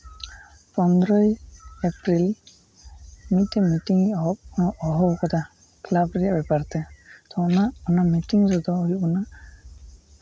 ᱯᱚᱸᱫᱽᱨᱚᱭ April ᱢᱤᱫᱴᱮᱱ ᱢᱤᱴᱤᱝᱤᱧ ᱦᱚᱦᱚᱣᱟᱠᱟᱫᱟ ᱠᱞᱟᱵᱽ ᱨᱮᱭᱟᱜ ᱵᱮᱯᱟᱨ ᱛᱮ ᱛᱚ ᱚᱱᱟ ᱚᱱᱟ ᱢᱤᱴᱤᱝ ᱨᱮᱫᱚ ᱦᱩᱭᱩᱜ ᱠᱟᱱᱟ